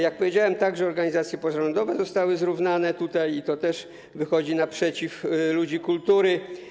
Jak powiedziałem, także organizacje pozarządowe zostały zrównane i to też wychodzi naprzeciw potrzebom ludzi kultury.